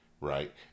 Right